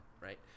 Right